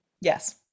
yes